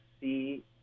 see